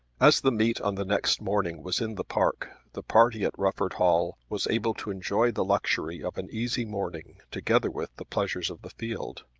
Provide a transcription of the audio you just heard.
as the meet on the next morning was in the park the party at rufford hall was able to enjoy the luxury of an easy morning together with the pleasures of the field.